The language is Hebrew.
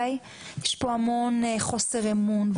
יש פה המון חוסר אמון,